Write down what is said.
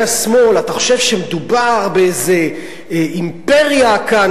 השמאל אתה חושב שמדובר באיזה אימפריה כאן,